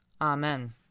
Amen